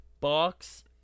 box